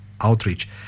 outreach